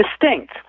distinct